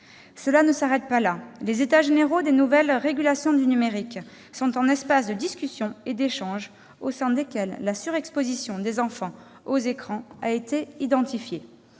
Par ailleurs, les États généraux des nouvelles régulations numériques sont un espace de discussion et d'échanges au sein duquel la surexposition des enfants aux écrans a été identifiée.